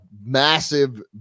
massive